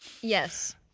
yes